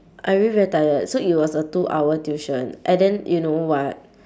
I really very tired so it was a two hours tuition and then you know what